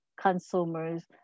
consumers